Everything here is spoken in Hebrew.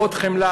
לעוד חמלה.